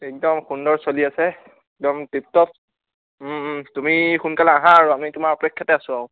একদম সুন্দৰ চলি আছে একদম টিপটপ তুমি সোনকালে আহা আৰু আমি তোমাৰ অপেক্ষাতে আছোঁ আৰু